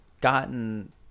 gotten